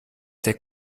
der